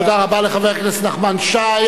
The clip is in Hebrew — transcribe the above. תודה לחבר הכנסת נחמן שי.